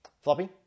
Floppy